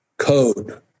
Code